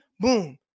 Boom